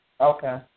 Okay